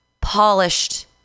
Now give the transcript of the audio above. polished